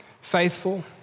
faithful